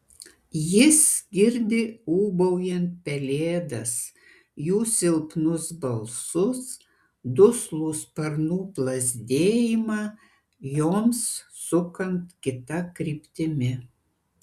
jis girdi ūbaujant pelėdas jų silpnus balsus duslų sparnų plazdėjimą joms sukant kita kryptimi